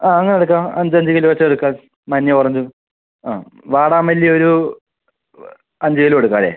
ആ അങ്ങനെ എടുക്കാം അഞ്ച് അഞ്ച് കിലോ വെച്ച് എടുക്കാം മഞ്ഞയും ഓറഞ്ചും ആ വാടാമല്ലി ഒരു അഞ്ച് കിലോ എടുക്കാമല്ലെ